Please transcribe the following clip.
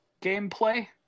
gameplay